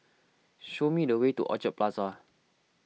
show me the way to Orchard Plaza